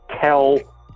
tell